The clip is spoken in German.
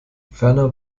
ferner